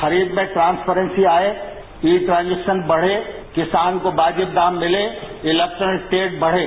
खरीद पे ट्रांस्पेरेंसी आये ई ट्रांजेक्शन बद्गे किसान को वाजिब दाम मिले इलैक्ट्रॉनिक ट्रेड बढ़े